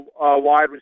wide